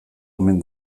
omen